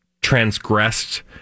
transgressed